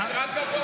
כן, רק הבוקר.